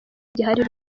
gihari